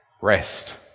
Rest